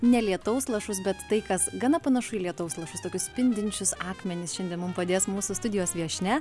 ne lietaus lašus bet tai kas gana panašu į lietaus lašus tokius spindinčius akmenis šiandien mum padės mūsų studijos viešnia